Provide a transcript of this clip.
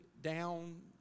down